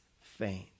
faint